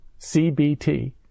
CBT